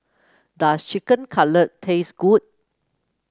does Chicken Cutlet taste good